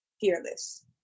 fearless